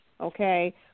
Okay